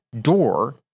door